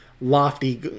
lofty